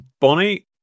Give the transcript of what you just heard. bonnie